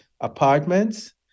apartments